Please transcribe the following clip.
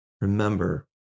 Remember